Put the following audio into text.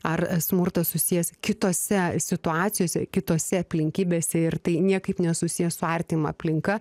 ar smurtas susijęs kitose situacijose kitose aplinkybėse ir tai niekaip nesusiję su artima aplinka